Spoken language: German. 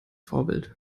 vorbild